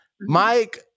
mike